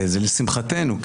וזה לשמחתנו,